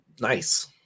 nice